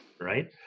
right